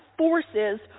Forces